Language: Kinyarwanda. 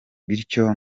bityo